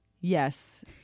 yes